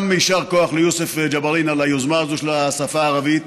גם יישר כוח ליוסף ג'בארין על היוזמה הזאת של יום השפה הערבית.